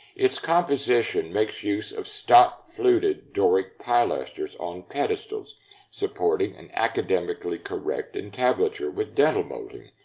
its composition makes use of stop-fluted doric pilasters on pedestals supporting an academically correct entablature with dentil molding.